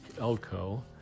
Elko